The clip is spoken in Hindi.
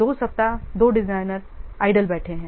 2 सप्ताह 2 डिजाइनर बेकार बैठे हैं